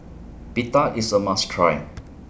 Pita IS A must Try